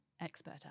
expert